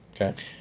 Okay